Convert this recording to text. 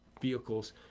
vehicles